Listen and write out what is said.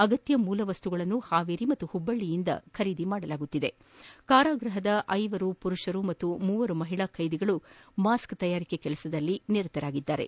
ಅಗತ್ಯ ಮೂಲವಸ್ತುಗಳನ್ನು ಹಾವೇರಿ ಹಾಗೂ ಹುಬ್ಬಳ್ಳಿಯಿಂದ ಖರೀದಿ ಮಾಡಲಾಗುತ್ತಿದೆ ಕಾರಾಗೃಹದ ಐದು ಪುರುಷ ಹಾಗೂ ಮೂವರು ಮಹಿಳಾ ಖ್ಯೆದಿಗಳು ಮಾಸ್ಕ್ ತಯಾರಿಕೆ ಕೆಲಸದಲ್ಲಿ ತೊಡಗಿಸಿಕೊಂಡಿದ್ದಾರೆ